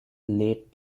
late